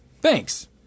Thanks